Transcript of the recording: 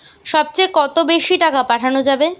সব চেয়ে কত বেশি টাকা পাঠানো যাবে?